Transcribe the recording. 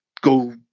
go